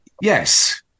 Yes